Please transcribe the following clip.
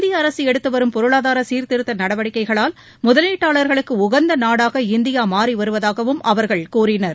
இந்திய அரசு எடுத்துவரும் பொருளாதார சீர்த்திருத்த நடவடிக்கைகளால் முதலீட்டாளர்களுக்கு உகந்த நாடாக இந்தியா மாறி வருவதாகவும் அவர்கள் கூறினர்